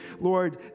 Lord